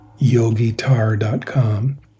yogitar.com